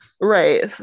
Right